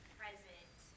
present